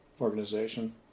organization